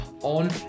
on